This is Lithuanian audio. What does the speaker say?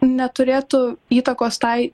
neturėtų įtakos tai